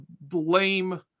blame